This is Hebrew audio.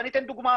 ואני אתן דוגמה,